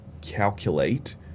calculate